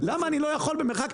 למה אני לא יכול במרחק,